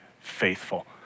faithful